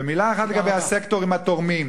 ומלה אחת לגבי הסקטורים התורמים,